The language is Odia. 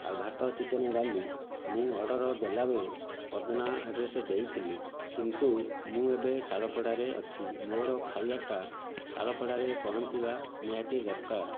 ଆଉ ଭାତ ଚିକେନ୍ ଡ଼ାଲି ମୁଁ ଅର୍ଡ଼ର ଦେଲାବେଳେ ପଦନା ଆଡ଼୍ରେସ୍ ଦେଇଥିଲି କିନ୍ତୁ ମୁଁ ଏବେ ଶାଳପଡ଼ାରେ ଅଛି ମୋର ଖାଇବାଟା ଶାଳପଡ଼ାରେ ପହଞ୍ଚିବା ନିହାତି ଦରକାର